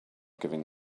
giving